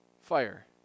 fire